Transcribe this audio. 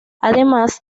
además